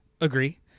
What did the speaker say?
agree